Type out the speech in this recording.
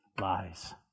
lies